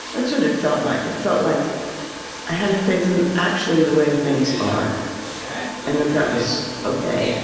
that's what it felt like. it felt like i had a faith in actually the way things are and that that was ok